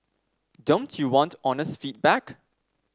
don't you want honest feedback